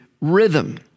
rhythm